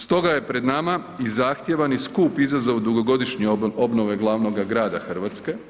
Stoga je pred nama i zahtjevan i skup izazov dugogodišnje obnove glavnoga grada Hrvatske.